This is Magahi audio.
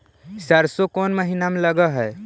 सरसों कोन महिना में लग है?